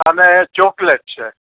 અને ચોકલેટ છે